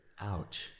Ouch